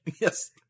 Yes